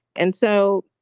and so,